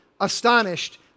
astonished